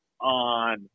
on